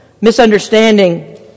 Misunderstanding